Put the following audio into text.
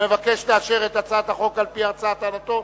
המבקש לאשר את הצעת החוק על-פי הצעתו,